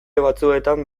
batzuetan